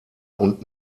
und